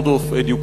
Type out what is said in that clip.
Board of Education,